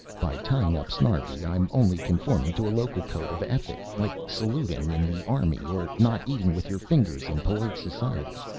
by tying up snarbi i'm only conforming to a local code of ethic, like saluting in the army or not eating with your fingers in polite society.